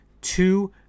two